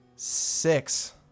Six